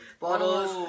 bottles